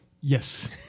Yes